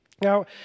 Now